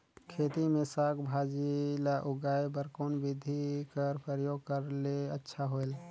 खेती मे साक भाजी ल उगाय बर कोन बिधी कर प्रयोग करले अच्छा होयल?